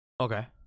Okay